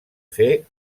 fer